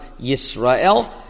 Yisrael